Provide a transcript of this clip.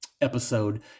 episode